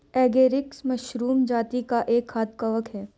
agaricus mushroom जाती का एक खाद्य कवक है